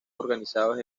organizados